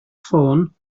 ffôn